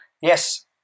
yes